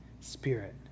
spirit